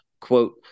quote